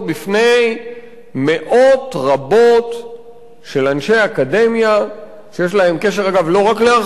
מאות רבות של אנשי אקדמיה שיש להם קשר לא רק לארכיאולוגיה,